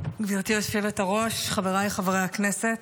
גברתי היושבת-ראש, חבריי חברי הכנסת,